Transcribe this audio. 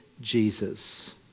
Jesus